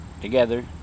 together